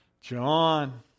John